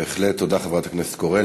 בהחלט תודה, חברת הכנסת קורן.